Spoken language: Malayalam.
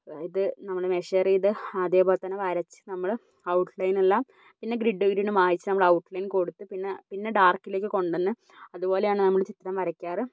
ഇത് നമ്മൾ മെഷറ് ചെയ്ത് അതുപോലെതന്നെ വരച്ച് നമ്മള് ഔട്ട്ലയിനെല്ലാം പിന്നെ ഗ്രിഡ് ഇതിൽ നിന്ന് മായിച്ച് നമ്മൾ ഔട്ട്ലൈൻ കൊടുത്ത് പിന്നെ പിന്നെ ഡാർക്കിലേക്ക് കൊണ്ടുവന്ന് അതുപോലെയാണ് നമ്മൾ ചിത്രം വരയ്ക്കാറ്